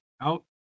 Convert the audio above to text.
out